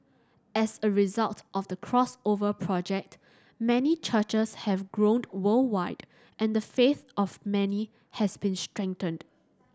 as a result of the Crossover Project many churches have grown worldwide and the faith of many has been strengthened